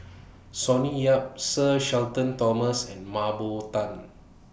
Sonny Yap Sir Shenton Thomas and Mah Bow Tan